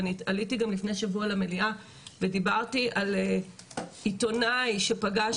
ואני עליתי גם לפני שבוע למליאה ודיברתי על עיתונאי שפגש